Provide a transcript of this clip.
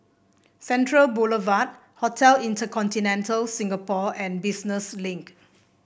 Central Boulevard Hotel InterContinental Singapore and Business Link